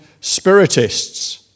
spiritists